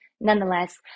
nonetheless